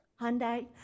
Hyundai